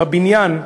בבניין,